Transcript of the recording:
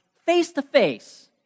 face-to-face